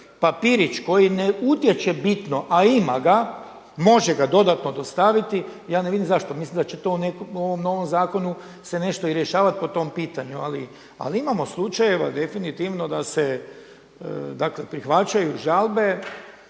papirić koji ne utječe bitno a ima može ga dodatno dostaviti ja ne vidim zašto. Mislim da će se to u ovom novom zakonu se nešto i rješavati po tom pitanju, ali imamo slučajeva definitivno da se prihvaćaju žalbe